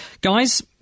Guys